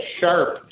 sharp